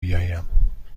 بیایم